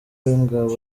w’ingabo